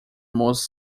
most